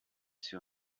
sur